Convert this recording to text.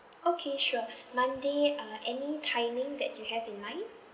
okay sure monday uh any timing that you have in mind